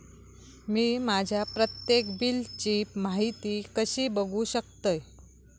मी माझ्या प्रत्येक बिलची माहिती कशी बघू शकतय?